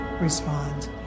respond